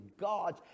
God